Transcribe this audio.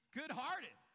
good-hearted